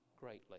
greatly